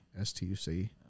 S-T-U-C